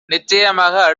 நிச்சயமாக